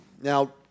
Now